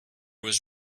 was